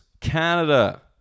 canada